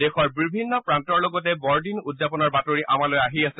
দেশৰ বিভিন্ন প্ৰান্তৰ পৰা বৰদিন উদযাপনৰ বাতৰি আমালৈ আহি আছে